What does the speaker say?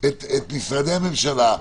את משרדי הממשלה,